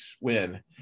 win